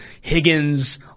Higgins